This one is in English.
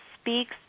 speaks